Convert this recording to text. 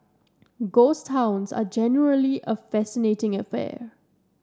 ghost towns are generally a fascinating affair